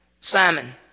Simon